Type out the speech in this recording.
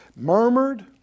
murmured